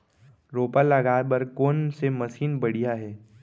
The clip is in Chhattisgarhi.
रोपा लगाए बर कोन से मशीन बढ़िया हे?